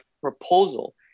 proposal